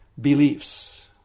beliefs